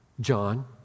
John